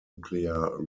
nuclear